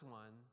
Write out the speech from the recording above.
one